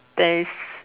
there is